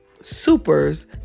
Supers